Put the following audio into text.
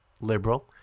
liberal